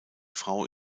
frau